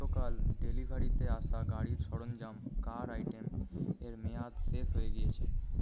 গতকাল ডেলিভারিতে আসা গাড়ির সরঞ্জাম কার আইটেমের মেয়াদ শেষ হয়ে গিয়েছে